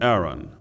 Aaron